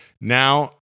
Now